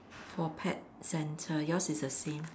for pet center yours is the same